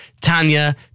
Tanya